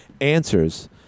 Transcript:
answers